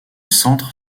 centres